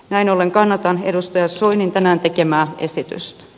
näin ollen kannatan edustaja soinin tänään tekemä esitys